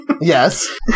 Yes